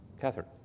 Catherine